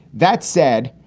that said,